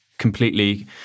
completely